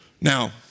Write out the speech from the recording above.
Now